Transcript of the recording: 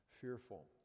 fearful